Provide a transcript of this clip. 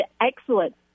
excellent